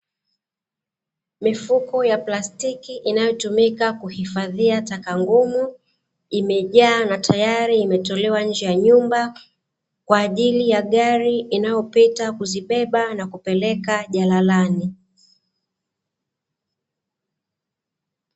Mifuko ya plastiki inayotumika kuhifadhia taka ngumu, imejaa na tayari imetolewa nje ya nyumba kwa ajili ya gari inayopita kuzibeba na kupeleka jalalani.